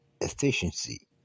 efficiency